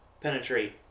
penetrate